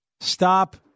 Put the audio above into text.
stop